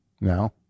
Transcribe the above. No